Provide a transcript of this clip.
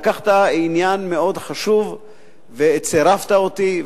לקחת עניין מאוד חשוב וצירפת אותי,